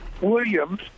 Williams